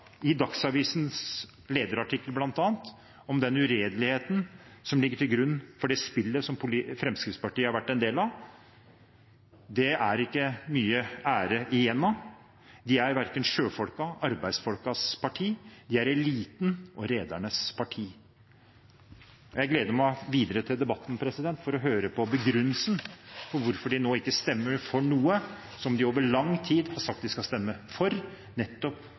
i Dagsavisens lederartikkel, om den uredeligheten som ligger til grunn for det spillet som Fremskrittspartiet har vært en del av, er det ikke mye ære igjen av. De er verken sjøfolkenes eller arbeidsfolkenes parti. De er elitens og redernes parti. Jeg gleder meg til den videre debatten, til å høre på begrunnelsen for hvorfor de ikke stemmer for noe som de i lang tid har sagt at de skal stemme for, nettopp